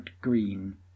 green